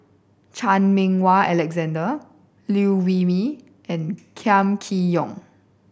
Chan Meng Wah Alexander Liew Wee Mee and Kam Kee Yong